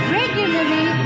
regularly